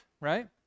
right